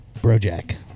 Brojack